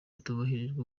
atubahirijwe